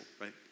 right